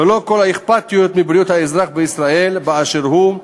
ללא כל אכפתיות לבריאות האזרח בישראל באשר הוא.